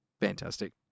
Fantastic